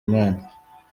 imana